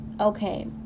okay